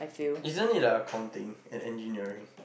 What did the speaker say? isn't it the accounting and engineering